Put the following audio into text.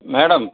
madam